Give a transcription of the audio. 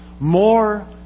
More